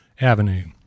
Avenue